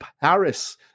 Paris